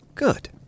Good